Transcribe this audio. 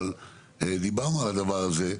אבל דיברנו על הדבר הזה,